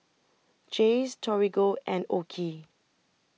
Jays Torigo and OKI